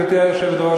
גברתי היושבת-ראש,